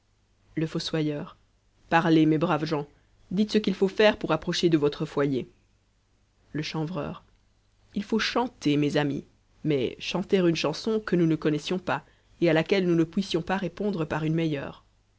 le fossoyeur parlez mes braves gens dites ce qu'il faut faire pour approcher de votre foyer le chanvreur il faut chanter mes amis mais chanter une chanson que nous ne connaissions pas et à laquelle nous ne puissions pas répondre par une meilleure